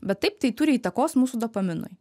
bet taip tai turi įtakos mūsų dopaminui